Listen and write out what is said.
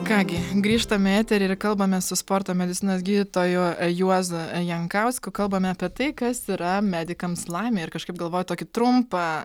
ką gi grįžtame į eterį ir kalbamės su sporto medicinos gydytoju juozu jankausku kalbame apie tai kas yra medikams laimė ir kažkaip galvoju tokį trumpą